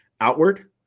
outward